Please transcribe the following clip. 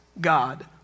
God